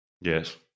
Yes